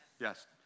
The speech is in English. Yes